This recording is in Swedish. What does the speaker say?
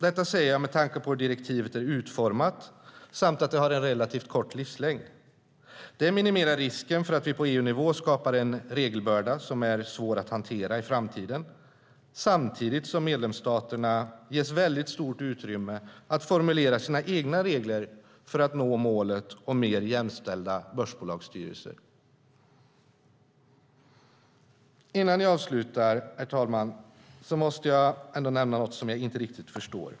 Detta säger jag med tanke på hur direktivet är utformat samt att det har en relativt kort livslängd. Det minimerar risken för att vi på EU-nivå skapar en regelbörda som är svår att hantera i framtiden, samtidigt som medlemsstaterna ges väldigt stort utrymme att formulera sina egna regler för att nå målet om mer jämställda börsbolagsstyrelser. Herr talman! Innan jag avslutar måste jag ändå nämna något som jag inte riktigt förstår.